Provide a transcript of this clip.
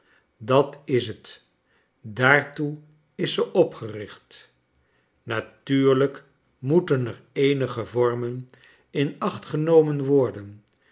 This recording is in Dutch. dat is t daartoe is ze opgericht natuurlijk moeten er eenige vormen in acht genomen worden